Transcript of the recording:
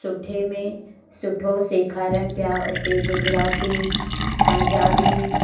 सुठे में सुठो सेखारनि पिया उते गुजराती पंजाबी